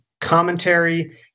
commentary